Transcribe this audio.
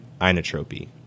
inotropy